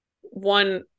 one